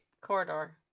corridor